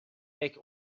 make